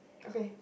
okay